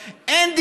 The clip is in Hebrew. מין רפורמה כזאת.